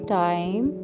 time